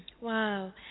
wow